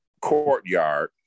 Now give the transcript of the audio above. courtyard